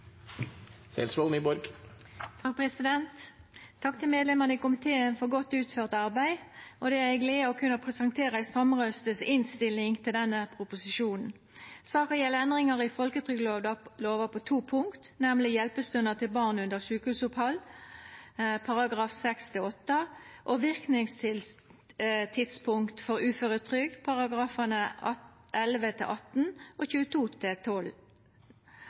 3 minutter. Takk til medlemene i komiteen for godt utført arbeid. Det er ei glede å kunna presentera ei samrøystes innstilling til denne proposisjonen. Saka gjeld endringar i folketrygdlova på to punkt, nemleg hjelpestønad til barn under sjukehusopphald, § 6-8, og verknadstidspunkt for uføretrygd, § 11-18 og § 22-12. Dei ulike partia vil gjera greie for sine synspunkt. Så til